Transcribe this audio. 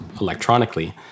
electronically